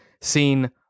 seen